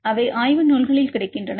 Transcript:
அவை ஆய்வு நூல்களில் கிடைக்கின்றன